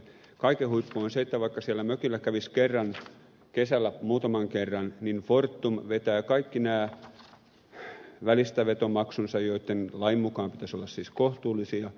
kaiken huippu on se että vaikka siellä mökillä kävisi muutaman kerran kesällä niin fortum vetää kaikki nämä välistävetomaksunsa joitten lain mukaan pitäisi olla siis kohtuullisia